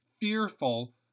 fearful